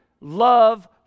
love